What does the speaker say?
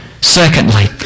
Secondly